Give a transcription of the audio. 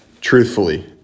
truthfully